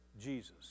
Jesus